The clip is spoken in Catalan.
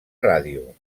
ràdio